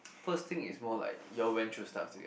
first thing is more like you all went through stuff together